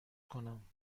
کنم